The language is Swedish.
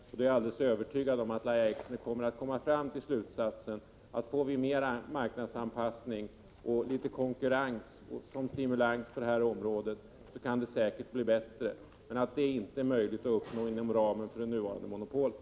Jag är alldeles övertygad om att Lahja Exner då kommer fram till slutsatsen att om vi får mer marknadsanpassning, konkurrens och litet stimulans på det här området, så kan det säkert bli bättre, men att en sådan förbättring inte är möjlig att uppnå inom ramen för det nuvarande monopolet.